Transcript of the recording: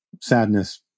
sadness